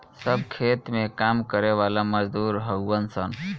सब खेत में काम करे वाला मजदूर हउवन सन